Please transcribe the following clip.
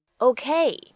Okay